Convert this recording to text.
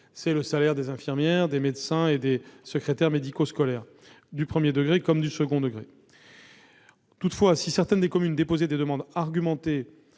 c'est le salaire des infirmières, des médecins et des secrétaires médico-scolaires du premier degré comme du second degré. Toutefois, si certaines des communes déposaient des demandes argumentées